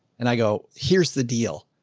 and i go, here's the deal.